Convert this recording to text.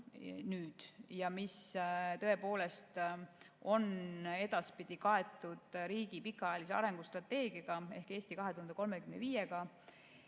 ja mis tõepoolest on edaspidi kaetud riigi pikaajalise arengustrateegiaga "Eesti 2035".